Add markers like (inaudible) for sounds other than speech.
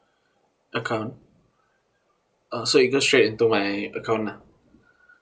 (breath) account ah so it goes straight into my account ah (breath)